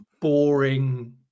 boring